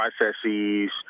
processes